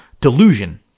delusion